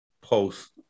post